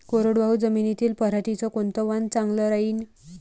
कोरडवाहू जमीनीत पऱ्हाटीचं कोनतं वान चांगलं रायीन?